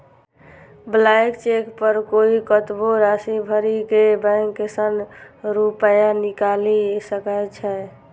blank cheque पर कोइ कतबो राशि भरि के बैंक सं रुपैया निकालि सकै छै